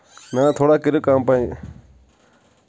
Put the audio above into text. نہ نہ تھوڑا کٔرِو کم پہن